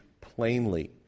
plainly